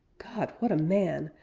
god! what a man!